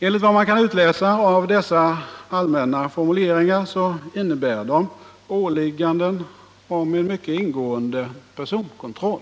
Enligt vad man kan utläsa av dessa allmänna formuleringar så innebär de åligganden om en mycket ingående personkontroll.